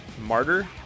Martyr